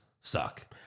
suck